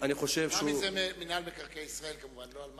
ממ"י זה מינהל מקרקעי ישראל, לא ממי.